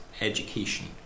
education